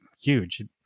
huge